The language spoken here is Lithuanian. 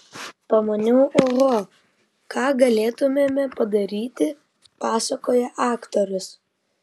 pamaniau oho ką galėtumėme padaryti pasakoja aktorius